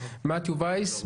מר מתיו וייס,